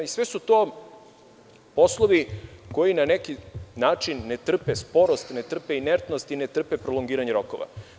Sve su to poslovi koji na neki način ne trpe sporost, ne trpe inertnost i ne trpe prolongiranje rokova.